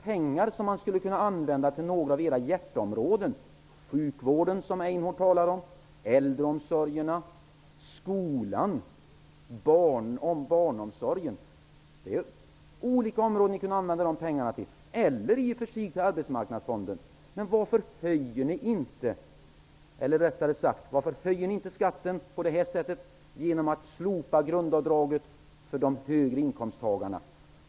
Det är pengar som man skulle kunna använda till några av era hjärteområden, t.ex. sjukvården, som Jerzy Einhorn talar om, äldreomsorgen, skolan och barnomsorgen. Det är olika områden som ni skulle kunna använda dessa pengar till. Ni skulle också kunna använda dem till Arbetsmarknadsfonden. Varför höjer ni inte skatten genom att slopa grundavdraget för höginkomsttagarna?